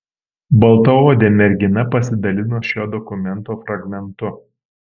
baltaodė mergina pasidalino šio dokumento fragmentu